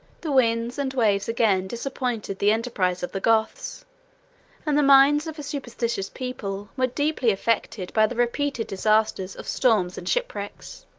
the winds and waves again disappointed the enterprise of the goths and the minds of a superstitious people were deeply affected by the repeated disasters of storms and shipwrecks.